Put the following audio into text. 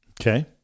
Okay